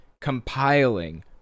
compiling